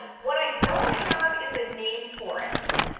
what i don't have is a name for it.